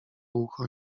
ucho